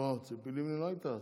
לא, ציפי לבני לא הייתה אז.